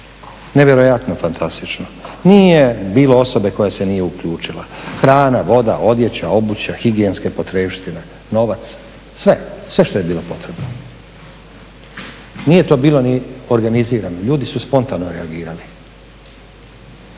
nevjerojatno fantastično. Nije bilo osobe koja se nije uključila hrana, voda, odjeća, obuća, higijenske potrepštine, novac, sve, sve što je bilo potrebno. Nije to bilo ni organizirano. Ljudi su spontano reagirali.